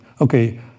okay